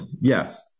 Yes